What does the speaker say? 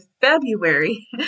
February